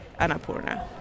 Annapurna